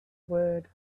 word